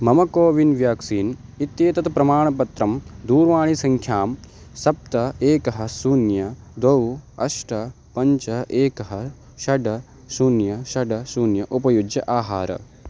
मम CoWIN vaccine इत्येतत् प्रमाणपत्रं दूरवाणीसङ्ख्यां सप्त एकः शून्यं द्वौ अष्ट पञ्च एकः षड् शून्यं षड शून्यम् उपयुज्य आहर